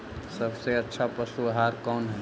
सबसे अच्छा पशु आहार कौन है?